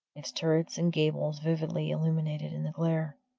its turrets and gables vividly illuminated in the glare.